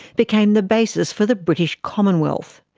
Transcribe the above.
became the basis for the british commonwealth.